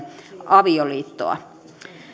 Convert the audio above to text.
avioliittoa